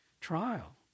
trial